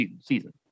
season